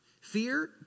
Fear